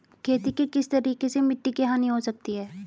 खेती के किस तरीके से मिट्टी की हानि हो सकती है?